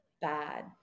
Bad